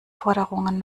forderungen